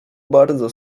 bardzo